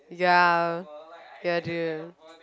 ya ya dude